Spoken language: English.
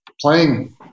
playing